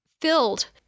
filled